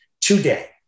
today